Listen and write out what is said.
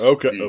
Okay